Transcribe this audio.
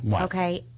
Okay